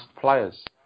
players